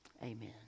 Amen